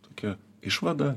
tokia išvada